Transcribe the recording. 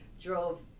drove